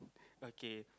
okay